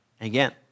Again